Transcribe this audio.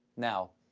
now,